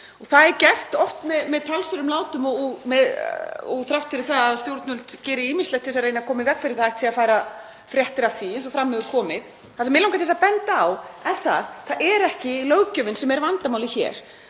Það er gert oft með talsverðum látum og þrátt fyrir að stjórnvöld geri ýmislegt til að reyna að koma í veg fyrir að hægt sé að færa fréttir af því eins og fram hefur komið. Það sem mig langar til að benda á er að það er ekki löggjöfin sem er vandamálið hér.